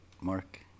mark